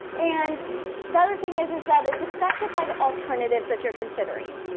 and the other thing is is that it's affected by the alternatives that you're considering,